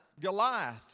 Goliath